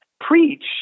preach